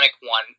one